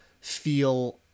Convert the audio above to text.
feel